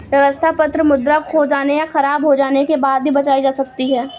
व्यवस्था पत्र मुद्रा खो जाने या ख़राब हो जाने के बाद भी बचाई जा सकती है